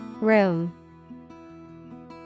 Room